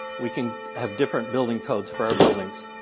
we can have different building codes for our buildings.